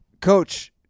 Coach